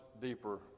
deeper